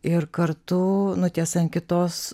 ir kartu nu tiesa ant kitos